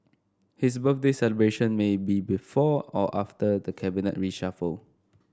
his birthday celebration may be before or after the cabinet reshuffle